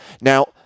Now